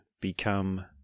become